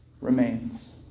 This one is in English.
remains